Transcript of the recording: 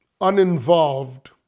uninvolved